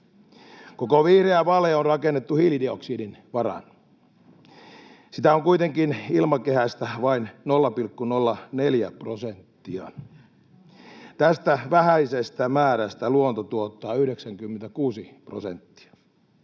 Koko vihreä vale on rakennettu hiilidioksidin varaan. Sitä on kuitenkin ilmakehästä vain 0,04 prosenttia. Tästä vähäisestä määrästä luonto tuottaa 96 prosenttia.